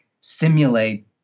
simulate